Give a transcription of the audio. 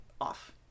off